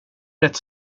rätt